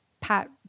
Pat